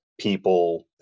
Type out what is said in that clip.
People